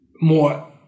more